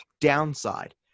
downside